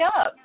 up